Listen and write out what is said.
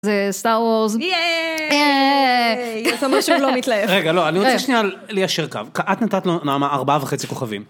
זה סטארוורז. יאיי. היא עושה משהו לא מתלהב. רגע, לא, אני רוצה שנייה לישר קו. את נתת לו, נעמה, ארבעה וחצי כוכבים.